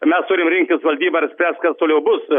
mes turim rinktis valdybą ir sprest kas toliau bus